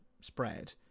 spread